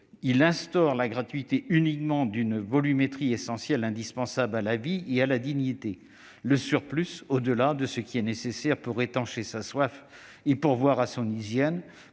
Il instaure uniquement la gratuité d'une volumétrie essentielle, indispensable à la vie et à la dignité. Le surplus, au-delà ce qui est nécessaire pour étancher sa soif et pourvoir à son hygiène,